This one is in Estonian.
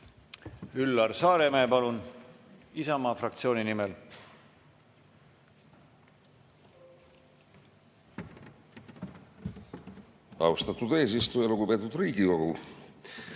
Üllar Saaremäe, palun, Isamaa fraktsiooni nimel!